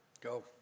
Go